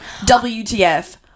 WTF